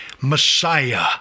Messiah